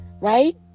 right